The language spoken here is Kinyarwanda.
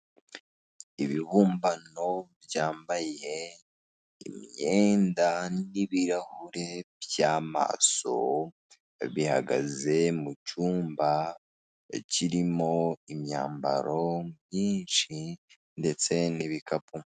Ibibumbano byambaye imyenda n'ibirahure byamaso bihagaze mu cyumba kirimo imyambaro myinshi ndetse n'ibikapu.